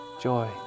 joy